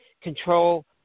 control